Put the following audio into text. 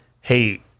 Hey